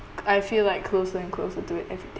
I feel like closer and closer to it every day